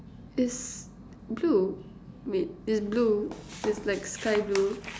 it's blue wait it's blue it's like sky blue